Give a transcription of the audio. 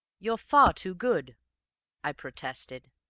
you're far too good i protested.